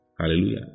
Hallelujah